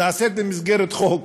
נעשית במסגרת חוק